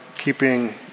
keeping